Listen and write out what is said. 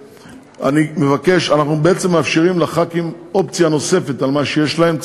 אנחנו בעצם מאפשרים לחברי הכנסת אופציה נוספת על מה שיש להם.